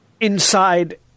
Inside